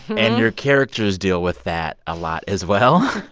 and your characters deal with that a lot as well